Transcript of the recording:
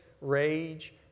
rage